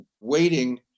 waiting